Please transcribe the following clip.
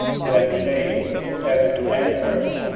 that made heaven and earth,